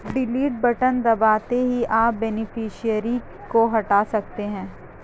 delete button दबाते ही आप बेनिफिशियरी को हटा सकते है